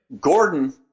Gordon